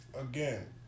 again